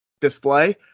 display